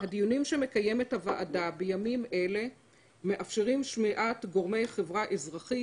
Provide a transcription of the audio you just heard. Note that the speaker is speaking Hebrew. הדיונים שמקיימת הוועדה בימים אלה מאפשרים שמיעת גורמי חברה אזרחית,